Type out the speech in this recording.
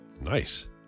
Nice